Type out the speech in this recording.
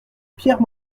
pierre